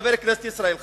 חבר הכנסת ישראל חסון,